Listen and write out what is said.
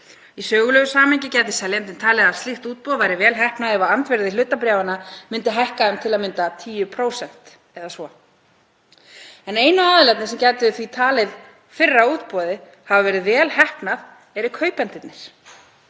Í sögulegu samhengi gæti seljandi talið að slíkt útboð væri vel heppnað ef andvirði hlutabréfanna myndi hækka um til að mynda 10% eða svo. En einu aðilarnir sem gætu talið að fyrra útboðið hafi verið vel heppnað eru kaupendurnir,